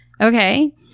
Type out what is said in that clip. Okay